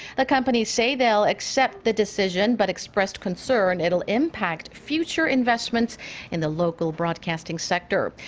the companies say they'll accept the decision. but expressed concern it will impact future investments in the local broadcasting sector.